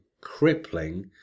crippling